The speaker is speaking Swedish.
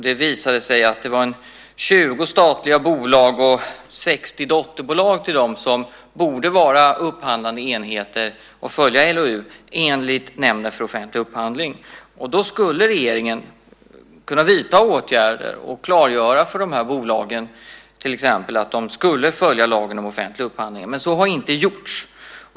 Det visade sig att det var ca 20 statliga bolag och 60 dotterbolag till dem som borde vara upphandlande enheter och följa LOU enligt Nämnden för offentlig upphandling. Och då skulle regeringen kunna vidta åtgärder och klargöra för dessa bolag att de ska följa lagen om offentlig upphandling. Men det har inte gjorts.